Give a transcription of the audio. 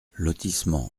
lotissement